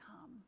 come